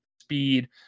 speed